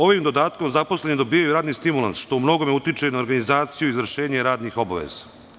Ovim dodatkom zaposleni dobijaju radni stimulans što u mnogome utiče na organizaciju, izvršenje radnih obaveza.